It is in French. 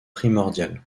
primordial